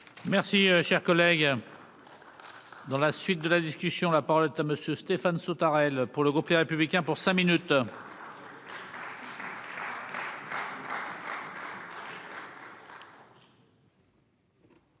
Merci, cher collègue. Dans la suite de la discussion, la parole est à monsieur Stéphane Sautarel pour le groupe Les Républicains pour cinq minutes.